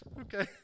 Okay